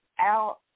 out